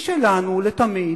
היא שלנו, לתמיד,